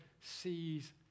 sees